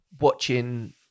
watching